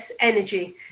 energy